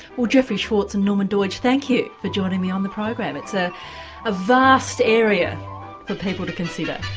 well jeffrey schwartz and norman doidge thank you for joining me on the program it's a ah vast area for people to consider.